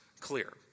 clear